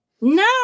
No